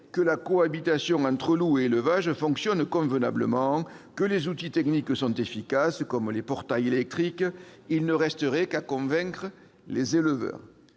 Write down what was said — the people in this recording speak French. que la cohabitation entre loups et élevages fonctionne convenablement, que les outils techniques comme les portails électriques sont efficaces. Il ne resterait qu'à convaincre des éleveurs